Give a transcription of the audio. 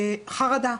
חרדה.